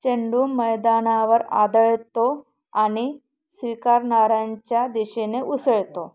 चेंडू मैदानावर आदळतो आणि स्वीकारणाऱ्यांच्या दिशेने उसळतो